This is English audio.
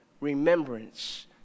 remembrance